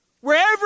Wherever